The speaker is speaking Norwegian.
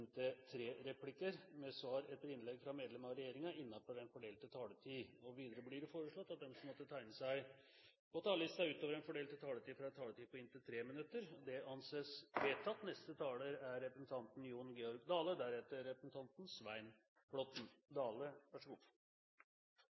tre replikker med svar etter innlegg fra medlemmer av regjeringen innenfor den fordelte taletid. Videre blir det foreslått at den som måtte tegne seg på talerlisten utover den fordelte taletid, får en taletid på inntil 3 minutter. – Det anses vedtatt. Når komiteen no i all hovudsak er